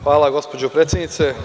Hvala, gospođo predsednice.